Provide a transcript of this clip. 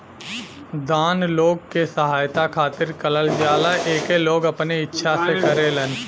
दान लोग के सहायता खातिर करल जाला एके लोग अपने इच्छा से करेलन